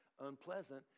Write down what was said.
unpleasant